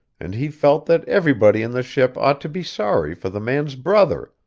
and he felt that everybody in the ship ought to be sorry for the man's brother,